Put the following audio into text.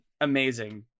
amazing